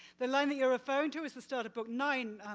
the line that you're referring to is the start of book nine.